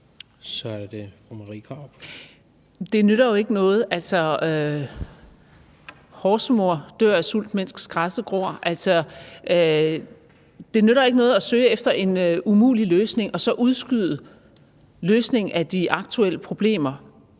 græsset gror. Altså, det nytter ikke noget at søge efter en umulig løsning og så udskyde løsningen af de aktuelle problemer